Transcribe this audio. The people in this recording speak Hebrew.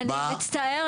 אני מצטערת,